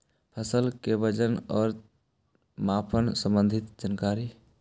फसल के वजन और मापन संबंधी जनकारी?